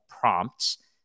prompts